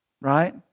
Right